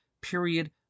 Period